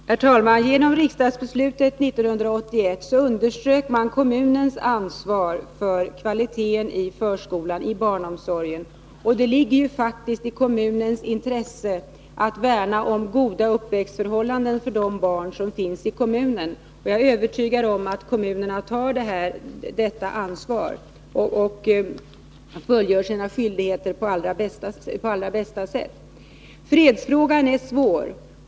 Herr talman! Genom riksdagsbeslutet 1981 underströk man kommunernas ansvar för kvaliteten i förskolan i barnomsorgen. Och det ligger faktiskt i kommunernas intresse att värna om goda uppväxtförhållanden för de barn som finns i kommunen. Jag är övertygad om att kommunerna tar det ansvaret och fullgör sina skyldigheter på allra bästa sätt. Fredsfrågan är svår.